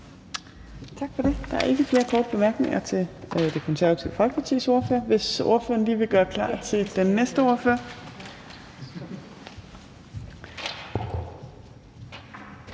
Tak for det. Der er ikke flere korte bemærkninger til Det Konservative Folkepartis ordfører. Hvis ordføreren lige vil gøre klar til den næste ordfører,